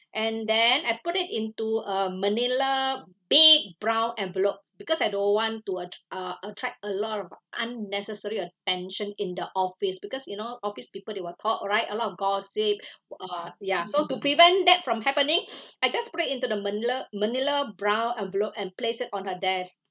and then I put it into a manila big brown envelope because I don't want to attr~ uh attract a lot of unnecessary attention in the office because you know office people they will talk alright a lot of gossip uh ya so to prevent that from happening I just put it into the manila manila brown envelope and place it on her desk